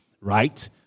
Right